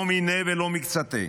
לא מניה ולא מקצתיה.